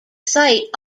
site